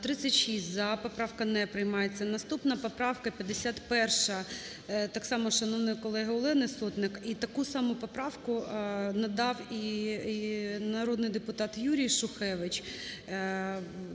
За-36 Поправка не приймається. Наступна - поправка 51, так само шановної колеги Олени Сотник. І таку саму поправку надав і народний депутат Юрій Шухевич,